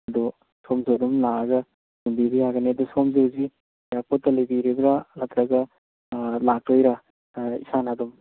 ꯑꯗꯣ ꯁꯣꯝꯁꯨ ꯑꯗꯨꯝ ꯂꯥꯛꯑꯒ ꯌꯦꯡꯕꯤꯕ ꯌꯥꯒꯅꯤ ꯑꯗꯣ ꯁꯣꯝꯁꯦ ꯍꯧꯖꯤꯛ ꯑꯦꯌꯥꯔꯄꯣꯔꯠꯇ ꯂꯩꯕꯤꯒꯗ꯭ꯔ ꯅꯠꯇꯔꯒ ꯂꯥꯛꯇꯣꯏꯔꯥ ꯏꯁꯥꯅ ꯑꯗꯨꯝ